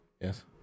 Yes